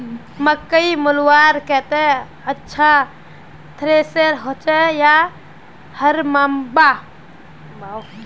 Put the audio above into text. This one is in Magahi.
मकई मलवार केते अच्छा थरेसर होचे या हरम्बा?